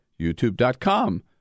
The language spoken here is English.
youtube.com